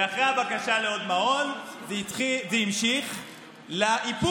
ואחרי הבקשה לעוד מעון זה המשיך לאיפור,